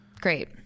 great